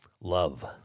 love